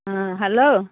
ହଁ ହ୍ୟାଲୋ